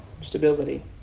stability